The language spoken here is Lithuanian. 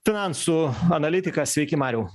finansų analitikas sveiki mariau